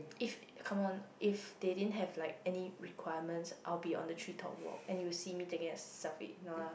if come on if they didn't have like any requirements I'll be on the treetop walk and you will see me taking a selfie no la